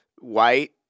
white